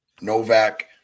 Novak